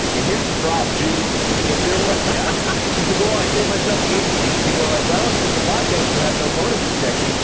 and here's the problem genius if there was yeah, he's like, i saved myself the agent fees and people are like, well if there's a lockout and you have no bonus protection,